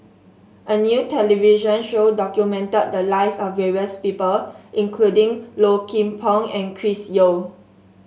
a new television show documented the lives of various people including Low Kim Pong and Chris Yeo